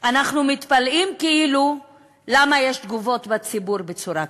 אנחנו מתפלאים למה יש תגובות בציבור בצורה כזאת.